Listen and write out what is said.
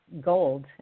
gold